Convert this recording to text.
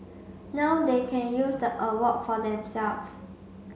now they can use the award for themselves